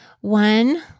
One